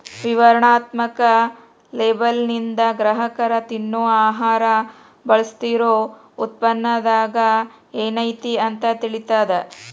ವಿವರಣಾತ್ಮಕ ಲೇಬಲ್ಲಿಂದ ಗ್ರಾಹಕರ ತಿನ್ನೊ ಆಹಾರ ಬಳಸ್ತಿರೋ ಉತ್ಪನ್ನದಾಗ ಏನೈತಿ ಅಂತ ತಿಳಿತದ